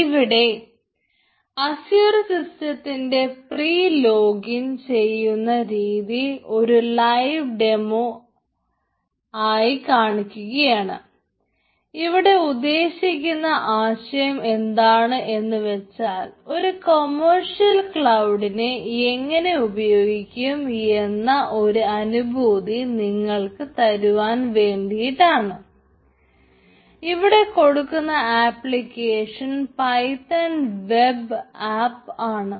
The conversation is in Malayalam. ഇവിടെ അസ്യൂർ സിസ്റ്റത്തിന്റെ ആണ്